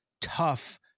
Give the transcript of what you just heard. tough